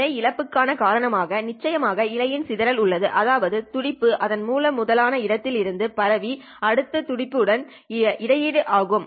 இழை இழப்புகள் காரணமாக நிச்சயமாக இழையின் சிதறல் உள்ளது அதாவது துடிப்பு அதன் மூலமுதலான இடத்தில் இருந்து பரவி அடுத்த துடிப்பு உடன் இடையீடு ஆகும்